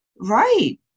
Right